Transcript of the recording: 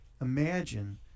Imagine